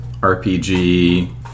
RPG